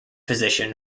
position